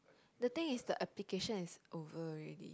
the thing is the application is over already